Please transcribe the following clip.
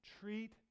treat